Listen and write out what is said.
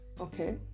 Okay